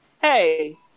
Hey